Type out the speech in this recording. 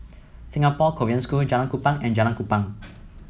Singapore Korean School Jalan Kupang and Jalan Kupang